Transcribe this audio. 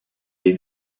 est